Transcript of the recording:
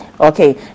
Okay